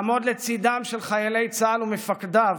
לעמוד לצידם של חיילי צה"ל ומפקדיו,